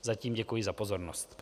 Zatím děkuji za pozornost.